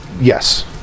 Yes